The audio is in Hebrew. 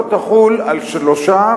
לא תחול על שלושה